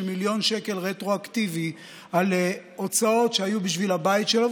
מיליון שקלים רטרואקטיבית על הוצאות שהיו בשביל הבית שלו.